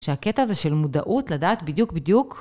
שהקטע הזה של מודעות לדעת בדיוק בדיוק.